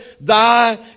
thy